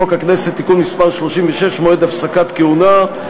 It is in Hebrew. בחוק הכנסת (תיקון מס' 36) (מועד הפסקת כהונה).